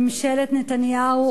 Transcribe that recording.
ממשלת נתניהו,